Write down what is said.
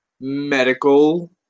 medical